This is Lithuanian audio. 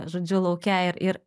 žodžiu lauke ir